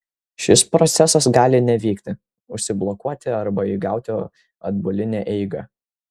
šis procesas gali nevykti užsiblokuoti arba įgauti atbulinę eigą